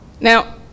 Now